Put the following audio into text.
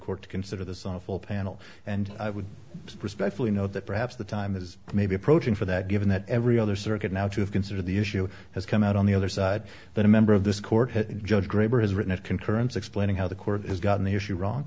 court to consider this awful panel and i would respectfully know that perhaps the time is may be approaching for that given that every other circuit now to consider the issue has come out on the other side that a member of this court judge graber has written a concurrence explaining how the court has gotten the issue wrong